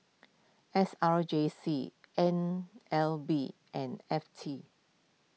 S R J C N L B and F T